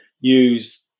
use